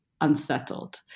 unsettled